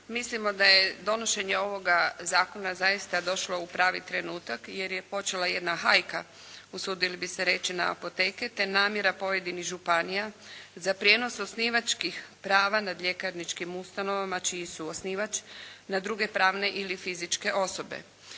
Mislimo da je donošenje ovoga zakona zaista došlo u pravi trenutak jer je počela jedna hajka usudili bi se reći na apoteke te namjera pojedinih županija za prijenos osnivačkih prava nad ljekarničkim ustanovama čiji su osnivač, na druge pravne ili fizičke osobe.